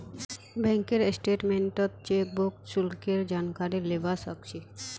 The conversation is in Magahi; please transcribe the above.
बैंकेर स्टेटमेन्टत चेकबुक शुल्केर जानकारी लीबा सक छी